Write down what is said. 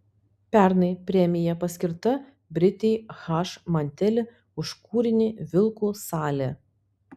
pernai premija paskirta britei h manteli už kūrinį vilkų salė